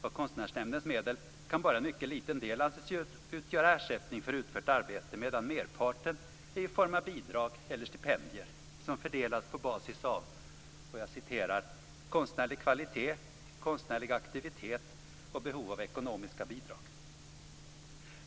Av Konstnärsnämndens medel kan bara en mycket liten del anses utgöra ersättning för utfört arbete, medan merparten är i form av bidrag eller stipendier som fördelas på basis av "konstnärlig kvalitet, konstnärlig aktivitet och behov av ekonomiskt bidrag".